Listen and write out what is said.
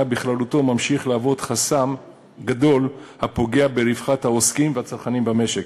בכללותו ממשיך להוות חסם גדול הפוגע ברווחת העוסקים והצרכנים במשק.